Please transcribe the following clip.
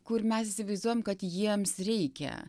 kur mes įsivaizduojam kad jiems reikia